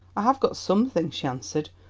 i have got something, she answered.